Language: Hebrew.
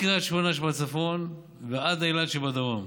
מקריית שמונה שבצפון ועד אילת שבדרום,